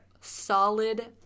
solid